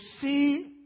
see